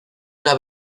una